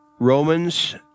Romans